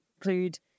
include